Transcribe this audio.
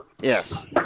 Yes